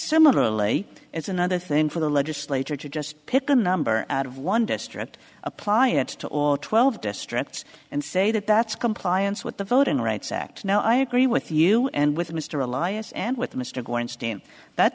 similarly it's another thing for the legislature to just pick a number out of one district apply it to all twelve districts and say that that's compliance with the voting rights act now i agree with you and with mr elias and with mr grant stamp that